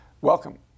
Welcome